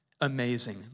Amazing